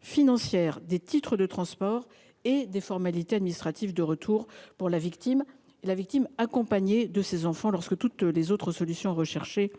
financière des titres de transport et des formalités administratives de retour pour la victime, le cas échéant accompagnée de ses enfants, lorsque toutes les autres solutions recherchées